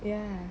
ya